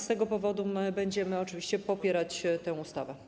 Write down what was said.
Z tego powodu będziemy oczywiście popierać tę ustawę.